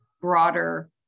broader